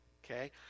Okay